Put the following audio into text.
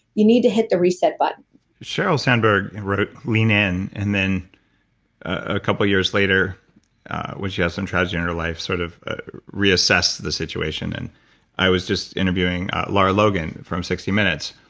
you need to hit the reset button but sheryl sandberg wrote lean in and then a couple years later when she had some tragedy in her life, sort of reassessed the situation and i was just interviewing lara logan from sixty minutes.